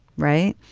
right.